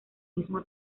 mismo